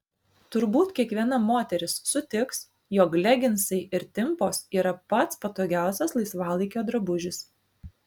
turbūt kiekviena moteris sutiks jog leginsai ir timpos yra pats patogiausias laisvalaikio drabužis